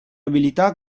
abilità